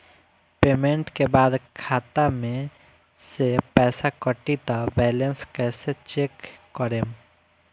Payment के बाद खाता मे से पैसा कटी त बैलेंस कैसे चेक करेम?